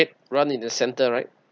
run in the centre right